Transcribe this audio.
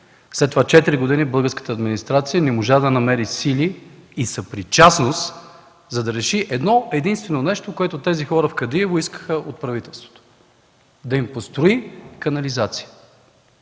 След това четири години българската администрация не можа да намери сили и съпричастност, за да реши едно-единствено нещо, което тези хора в Кадиево искаха от правителството – да им построи канализацията.